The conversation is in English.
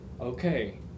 okay